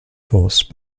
force